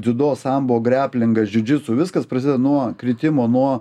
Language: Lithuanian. dziudo sambo greplingas džiudžitsu viskas prasideda nuo kritimo nuo